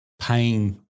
paying